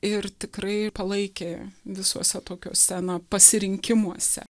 ir tikrai palaikė visuose tokiuose na pasirinkimuose